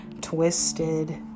Twisted